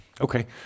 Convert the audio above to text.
Okay